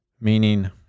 Meaning